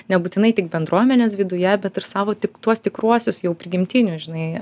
nebūtinai tik bendruomenės viduje bet ir savo tik tuos tikruosius jau prigimtinius žinai